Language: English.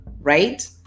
right